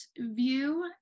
view